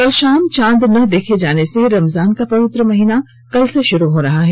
कल शाम चांद न देखे जाने से रमजान का पवित्र महिना कल से शुरू हो रहा है